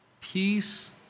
peace